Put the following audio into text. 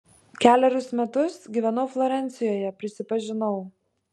kelerius metus gyvenau florencijoje prisipažinau